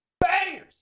bangers